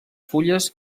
fulles